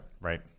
Right